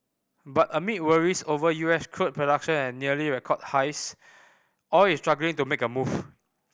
but amid worries over U S crude production at nearly record highs oil is struggling to make a move